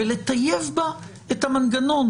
ולטייב בה את המנגנון,